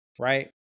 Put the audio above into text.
right